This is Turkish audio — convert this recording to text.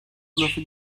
lafı